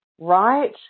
right